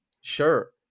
sure